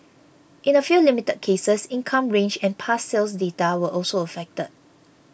in a few limited cases income range and past sales data were also affected